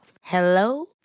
Hello